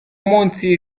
munsi